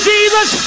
Jesus